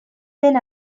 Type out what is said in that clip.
den